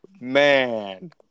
Man